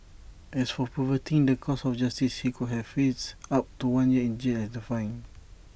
as for perverting the course of justice he could have faced up to one year in jail and A fine